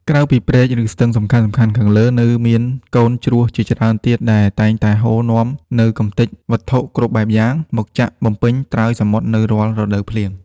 ក្រៅពីព្រែក ឬស្ទឹងសំខាន់ៗខាងលើ នៅមានកូនជ្រោះជាច្រើនទៀតដែលតែងតែហូរនាំនូវកំទេចវត្ថុគ្រប់បែបយ៉ាង មកចាក់បំពេញត្រើយសមុទ្រនៅរាល់រដូវភ្លៀង។